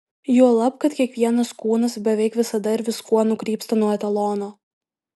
juolab kad kiekvienas kūnas beveik visada ir viskuo nukrypsta nuo etalono